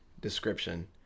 description